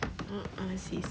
uh uh sis